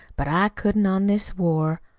but i couldn't on this war.